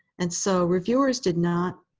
and so reviewers did not